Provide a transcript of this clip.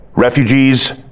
refugees